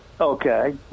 Okay